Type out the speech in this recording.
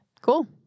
Cool